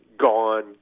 Gone